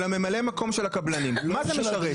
של ממלא מקום של הקבלנים, מה זה משרת?